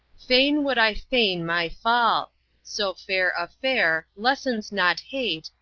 fain would i feign my fall so fair a fare lessens not hate,